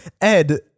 Ed